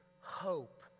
hope